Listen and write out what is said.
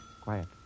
Quiet